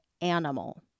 animal